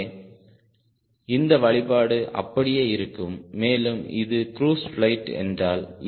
ஆகவே இந்த வழிபாடு அப்படியே இருக்கும் மேலும் இது க்ரூஸ் பிளைட் என்றால்